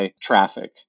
traffic